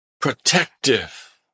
protective